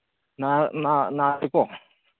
ꯅꯥꯗꯦꯀꯣ